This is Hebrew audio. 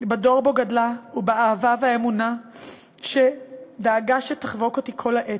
בדור שבו גדלה ובאהבה והאמונה שדאגה שיחבקו אותי כל העת.